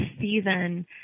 season